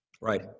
Right